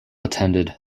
attended